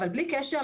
אבל בלי קשר,